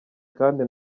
kandi